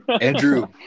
Andrew